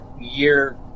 year